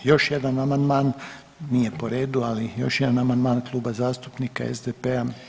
I još jedan amandman nije po redu, ali još jedan amandman Kluba zastupnika SDP-a.